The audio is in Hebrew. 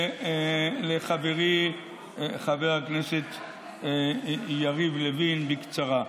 לחברי חבר הכנסת יריב לוין, בקצרה.